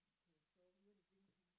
okay so you wanna drink some more